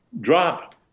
drop